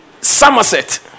Somerset